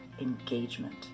engagement